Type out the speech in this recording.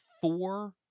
four